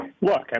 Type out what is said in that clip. Look